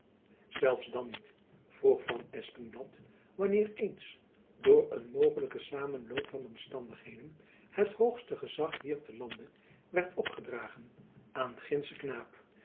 zelfs dan niet vroeg van espenblad wanneer eens door een mogelijken samenloop van omstandigheden het hoogste gezach hier te lande werd opgedragen aan gindschen knaap